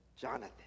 Jonathan